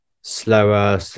slower